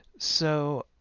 so